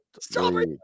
Strawberry